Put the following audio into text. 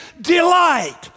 delight